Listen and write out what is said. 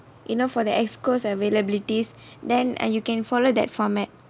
you know for the executive committee availabilities then err you can follow that format